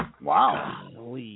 Wow